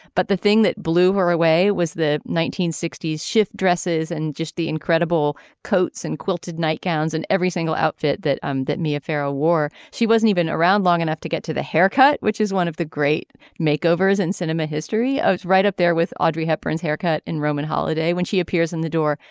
but the thing that blew her away was the nineteen sixty s shift dresses and just the incredible coats and quilted nightgowns and every single outfit that um that mia farrow wore. she wasn't even around long enough to get to the haircut which is one of the great makeovers in cinema history. it's right up there with audrey hepburn's haircut in roman holiday when she appears in the door.